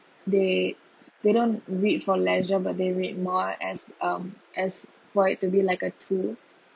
they they don't read for leisure but they read more as um as for it to be like a tool